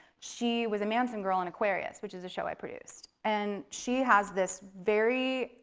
she was a manson girl in aquarius, which is a show i produced. and she has this very